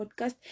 podcast